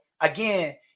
again